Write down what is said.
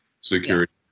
security